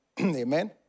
Amen